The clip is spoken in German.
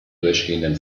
durchgehenden